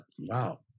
Wow